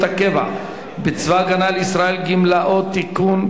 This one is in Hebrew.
הקבע בצבא-הגנה לישראל (גמלאות) (תיקון,